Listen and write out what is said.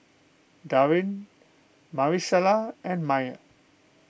Darin Marisela and Maye